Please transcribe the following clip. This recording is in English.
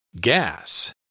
Gas